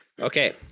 Okay